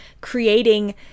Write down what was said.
creating